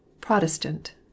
Protestant